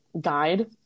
guide